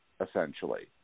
Essentially